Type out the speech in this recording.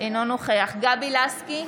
אינו נוכח גבי לסקי,